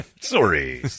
Sorry